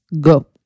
Go